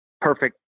perfect